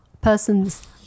Persons